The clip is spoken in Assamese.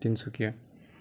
তিনিচুকীয়া